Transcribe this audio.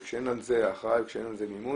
וכשאין על זה הכרעה וכשאין על זה מימון